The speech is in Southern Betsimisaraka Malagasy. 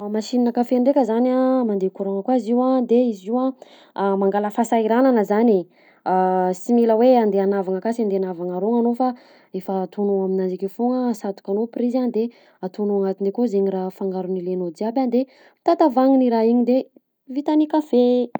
Machine kafe ndraika zany a: mandeha courant-gna koa izy io a, de izy io a mangala fahasahiranana zany e; sy mila hoe handeha hanavagna akasy handeha hanavagna arogna anao fa efa ataonao aminanjy akeo foagna, asatokanao prizy a de ataonao agnatiny akao zaigny raha fangarony ialainao jiaby a de tatavagnina i raha igny de vita ny kafe!